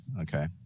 Okay